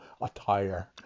attire